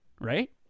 right